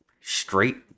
Straight